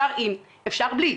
אפשר עם ואפשר גם בלי.